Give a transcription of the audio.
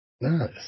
Nice